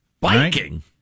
Biking